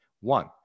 one